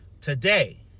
Today